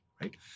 right